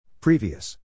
Previous